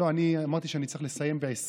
אני אמרתי שאני צריך לסיים ב-14:40.